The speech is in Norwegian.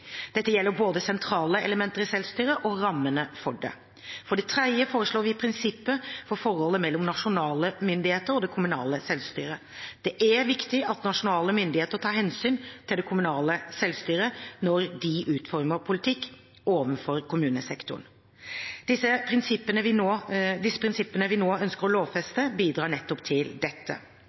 Dette gjelder både sentrale elementer i selvstyret og rammene for det. For det tredje foreslår vi prinsipper for forholdet mellom nasjonale myndigheter og det kommunale selvstyret. Det er viktig at nasjonale myndigheter tar hensyn til det kommunale selvstyret når de utformer politikk overfor kommunesektoren. Disse prinsippene vi nå ønsker å lovfeste, bidrar nettopp til dette.